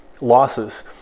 losses